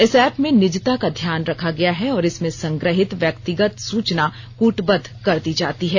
इस ऐप में निजता का ध्यान रखा गया है और इसमें संग्रहित व्यक्तिगत सूचना कूटबद्ध कर दी जाती है